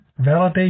validation